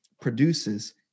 produces